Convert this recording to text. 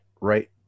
right